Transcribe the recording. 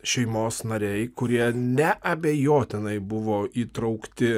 šeimos nariai kurie neabejotinai buvo įtraukti